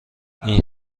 این